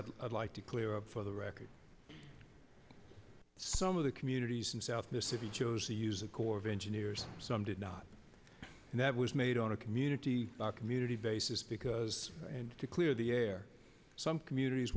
things i'd like to clear up for the record some of the communities in south mississippi chose to use a corps of engineers some did not and that was made on a community by community basis because and to clear the air some communities